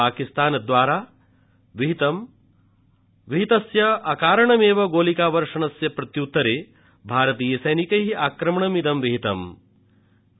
पाकिस्तानद्वारा विहितस्य अकारणमेव गोलिका वर्षणस्य प्रत्यृत्तरे भारतीय सैनिकैः आक्रमणमिदं विहितमस्ति